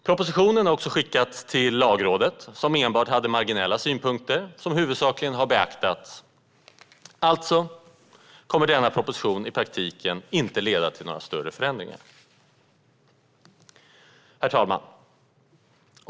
Propositionen har också skickats till Lagrådet, som enbart hade marginella synpunkter som huvudsakligen har beaktats. Alltså kommer denna proposition i praktiken inte att leda till större förändring. Herr talman!